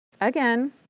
again